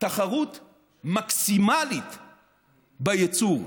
תחרות מקסימלית בייצור,